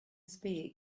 speak